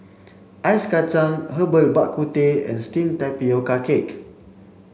ice Kachang herbal Bak Ku Teh and steamed tapioca cake